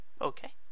Okay